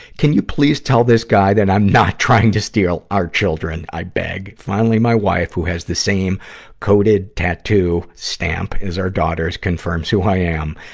can you please tell this guy that i'm not trying to steal our children? i beg. finally, my wife, who has the same coded tattoo stamp as our daughters, confirms who i am,